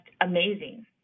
amazing